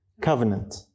covenant